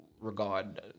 regard